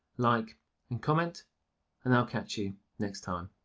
like and comment and i'll catch you next time.